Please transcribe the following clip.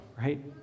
right